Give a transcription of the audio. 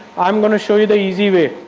i am going to show you the easy way.